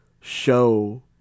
show